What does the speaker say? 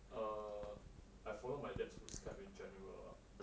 err I followed my dad's footstep in general